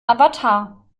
avatar